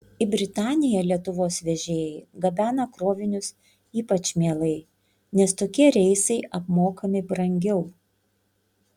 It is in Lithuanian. į britaniją lietuvos vežėjai gabena krovinius ypač mielai nes tokie reisai apmokami brangiau